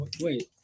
Wait